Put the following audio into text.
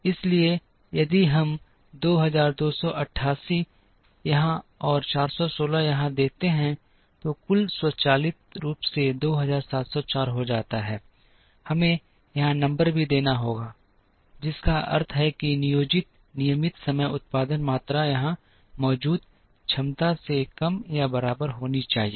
इसलिए यदि हम 2288 यहां और 416 यहां देते हैं तो कुल स्वचालित रूप से 2704 हो जाता है हमें यहां नंबर भी देना होगा जिसका अर्थ है कि नियोजित नियमित समय उत्पादन मात्रा यहां मौजूद क्षमता से कम या बराबर होनी चाहिए